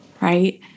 right